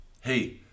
Hey